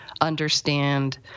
understand